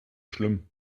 schlimm